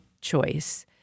choice